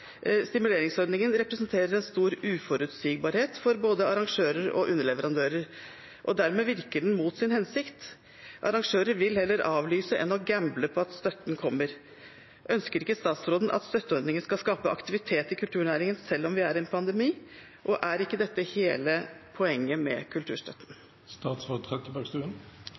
Stimuleringsordningen representerer en stor uforutsigbarhet for både arrangører og underleverandører og dermed virker den mot sin hensikt – arrangører vil heller avlyse enn å gamble på at støtten kommer. Ønsker ikke statsråden at støtteordningen skal skape aktivitet i kulturnæringen, selv om vi er i en pandemi? Er ikke dette hele poenget med